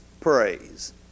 praise